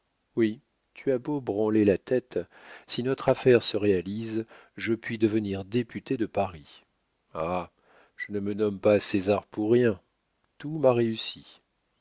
oui tu as beau branler la tête si notre affaire se réalise je puis devenir député de paris ah je ne me nomme pas césar pour rien tout m'a réussi